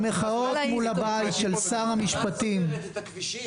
המחאות מול הבית של שר המשפטים ------ המשטרה סוגרת את הכבישים.